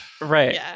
Right